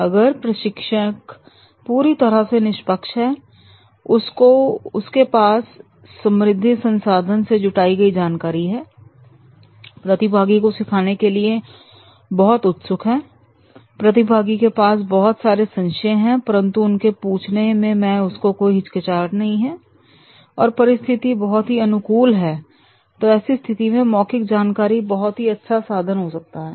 अगर प्रशिक्षक पूरी तरह से निष्पक्ष है उसके पास समृद्धि संसाधन से जुटाई गई जानकारी है प्रतिभागी को सिखाने के लिए बहुत उत्सुक है प्रतिभागी के पास बहुत सारे संशय हैं परंतु उनको पूछने मैं उसको कोई हिचकिचाहट नहीं है और परिस्थिति बहुत ही अनुकूल है तो ऐसी स्थिति में मौखिक जानकारी बहुत ही अच्छा साधन हो सकता है